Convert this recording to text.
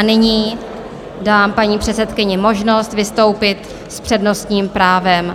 Nyní dám paní předsedkyni možnost vystoupit s přednostním právem.